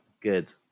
good